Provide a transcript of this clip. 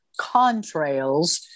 contrails